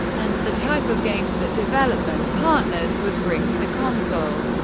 and the type of games that development partners would bring to the console.